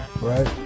right